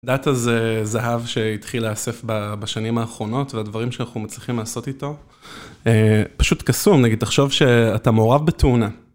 דאטה זה זהב שהתחיל להאסף בשנים האחרונות, והדברים שאנחנו מצליחים לעשות איתו, פשוט קסום, נגיד תחשוב שאתה מעורב בתאונה.